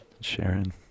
Sharon